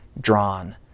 drawn